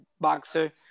boxer